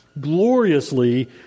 gloriously